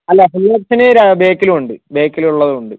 അല്ല ഫുൾ ഓപ്ഷന് ബാക്കിലും ഉണ്ട് ബാക്കിലുള്ളതുമുണ്ട്